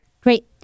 great